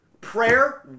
prayer